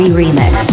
remix